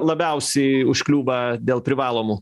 labiausiai užkliūva dėl privalomų